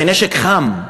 זה נשק חם,